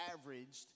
averaged